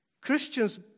Christians